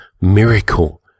miracle